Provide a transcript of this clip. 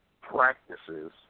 practices